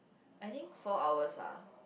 I think four hours ah